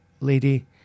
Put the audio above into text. lady